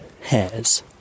hairs